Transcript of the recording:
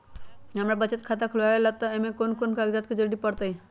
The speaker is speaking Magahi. हमरा बचत खाता खुलावेला है त ए में कौन कौन कागजात के जरूरी परतई?